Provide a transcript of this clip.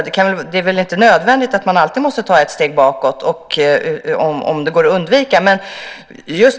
Det är väl inte nödvändigt att alltid ta ett steg bakåt om det går att undvika.